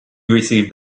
received